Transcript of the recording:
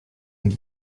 and